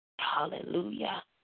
Hallelujah